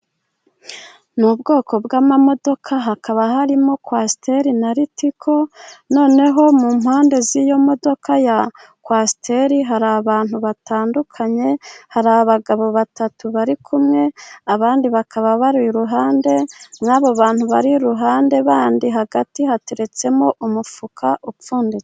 Ni ubwoko bw’amamodoka, hakaba harimo Kwasiteri na Ritiko. Noneho mu mpande z’iyo modoka ya Kwasiteri, hari abantu batandukanye. Hari abagabo batatu bari kumwe, abandi bakaba bari iruhande. N’abo bantu bari iruhande bandi, hagati hateretsemo umufuka upfunditse.